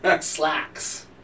slacks